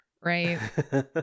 Right